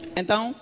então